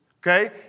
okay